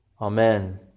Amen